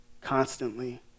constantly